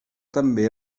també